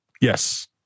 Yes